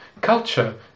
Culture